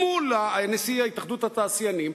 מול נשיא התאחדות התעשיינים,